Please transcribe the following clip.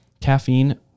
Caffeine